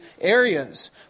areas